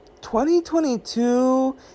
2022